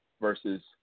versus